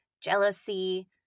jealousy